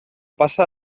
passa